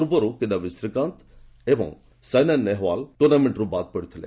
ପୂର୍ବରୁ କିଦାୟି ଶ୍ରୀକାନ୍ତ ଏବଂ ସାଇନା ନେହୱାଲ ଟୁର୍ଣ୍ଣାମେଣ୍ଟ୍ରୁ ବାଦ୍ ପଡ଼ିଥିଲେ